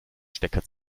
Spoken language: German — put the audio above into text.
stecker